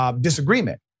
disagreement